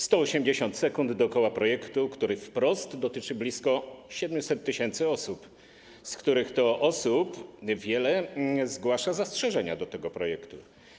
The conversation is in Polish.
180 sekund dookoła projektu, który wprost dotyczy blisko 700 tys. osób, z których wiele zgłasza zastrzeżenia do tego projektu.